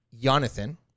Jonathan